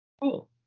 Cool